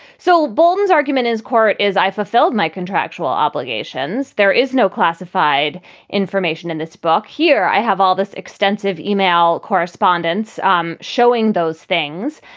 so bolton's argument is quiet is i fulfilled my contractual obligations. there is no classified information in this book here. i have all this extensive e-mail correspondence um showing those things.